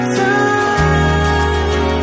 time